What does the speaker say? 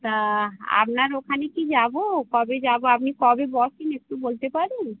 তা আপনার ওখানে কি যাবো কবে যাবো আপনি কবে বসেন একটু বলতে পারেন